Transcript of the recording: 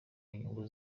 nyungu